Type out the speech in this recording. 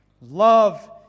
Love